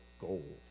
gold